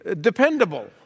dependable